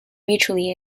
mutually